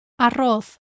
Arroz